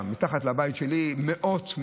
מתחת לבית שלי מאות,